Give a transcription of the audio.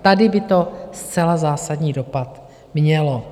Tady by to zcela zásadní dopad mělo.